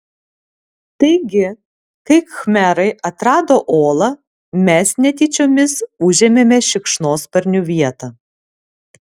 taigi kai khmerai atrado olą mes netyčiomis užėmėme šikšnosparnių vietą